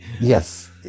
Yes